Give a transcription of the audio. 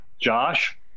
Josh